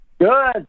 Good